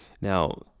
now